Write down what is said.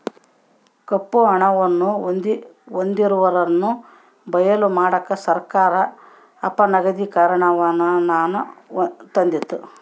ಕಪ್ಪು ಹಣವನ್ನು ಹೊಂದಿರುವವರನ್ನು ಬಯಲು ಮಾಡಕ ಸರ್ಕಾರ ಅಪನಗದೀಕರಣನಾನ ತಂದಿತು